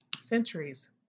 centuries